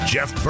Jeff